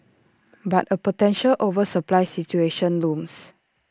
but A potential oversupply situation looms